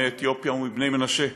מאתיופיה ומבני מנשה שבהודו.